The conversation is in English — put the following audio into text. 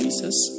Jesus